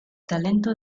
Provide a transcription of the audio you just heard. talento